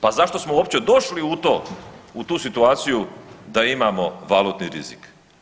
Pa zašto smo uopće došli u to u tu situaciju da imamo valutni rizik?